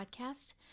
podcast